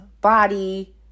body